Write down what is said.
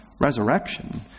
Resurrection